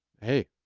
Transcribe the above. hey,